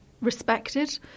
respected